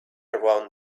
around